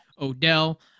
Odell